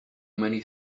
many